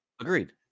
Agreed